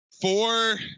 Four